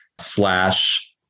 slash